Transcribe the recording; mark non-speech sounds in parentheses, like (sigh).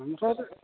(unintelligible)